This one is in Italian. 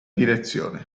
direzione